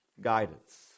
guidance